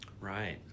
right